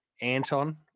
Anton